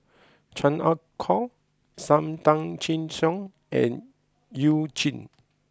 Chan Ah Kow Sam Tan Chin Siong and you Jin